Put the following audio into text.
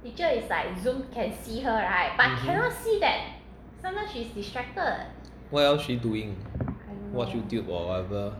mmhmm what else she doing watch youtube or whatever